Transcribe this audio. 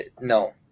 No